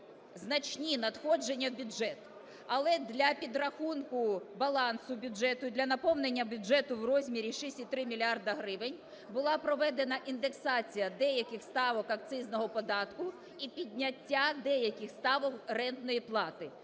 значні надходження у бюджет. Але для підрахунку балансу бюджету і для наповнення бюджету в розмірі 6,3 мільярда гривень була проведена індексація деяких ставок акцизного податку і підняття деяких ставок рентної плати.